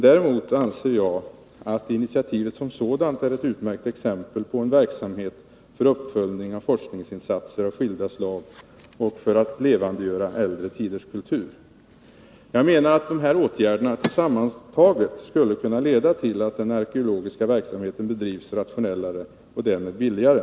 Däremot anser jag att initiativet som sådant är ett utmärkt exempel på en verksamhet för uppföljning av forskningsinsatser av skilda slag och för att levandegöra äldre tiders kultur. Jag menar att dessa åtgärder sammantaget skulle kunna leda till att den arkeologiska verksamheten bedrivs rationellare och därmed billigare.